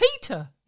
Peter